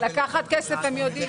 נתקדם.